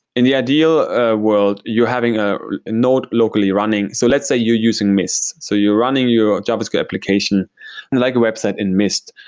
in the ideal ah world, you're having a node locally running. so let's say you're using mist. so you're running running your javascript application like a website in mist.